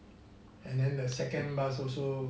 and then the second bus also